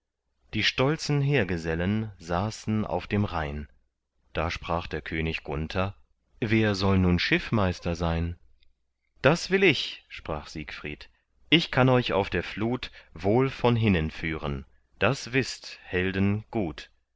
die stolzen heergesellen saßen auf dem rhein da sprach der könig gunther wer soll nun schiffmeister sein das will ich sprach siegfried ich kann euch auf der flut wohl von hinnen führen das wißt helden gut